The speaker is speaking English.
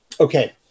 Okay